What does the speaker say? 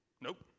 Nope